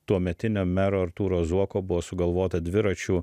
tuometinio mero artūro zuoko buvo sugalvota dviračių